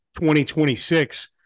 2026